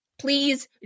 please